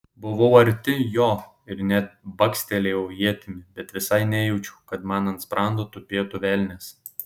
buvau arti jo ir net bakstelėjau ietimi bet visai nejaučiu kad man ant sprando tupėtų velnias